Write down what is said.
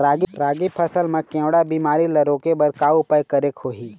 रागी फसल मा केवड़ा बीमारी ला रोके बर का उपाय करेक होही?